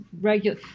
regular